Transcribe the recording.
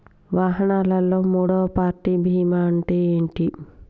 వాహనాల్లో మూడవ పార్టీ బీమా అంటే ఏంటి?